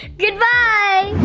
good-bye!